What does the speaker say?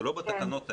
זה לא בתקנות האלה.